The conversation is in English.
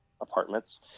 apartments